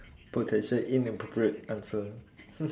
potential inappropriate answer